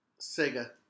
Sega